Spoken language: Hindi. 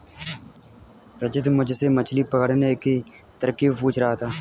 रंजित मुझसे मछली पकड़ने की तरकीब पूछ रहा था